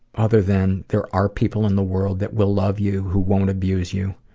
other than there are people in the world that will love you, who won't abuse you.